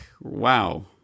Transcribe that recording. Wow